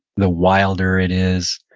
the wilder it is,